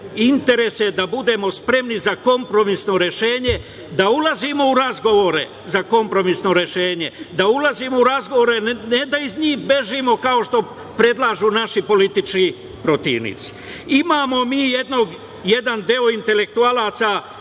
interese da budemo spremni za kompromisno rešenje, da ulazimo u razgovore za kompromisno rešenje, da ulazimo u razgovore, ne da iz njih bežimo kao što predlažu neki politički protivnici. Imamo mi jedan deo intelektualaca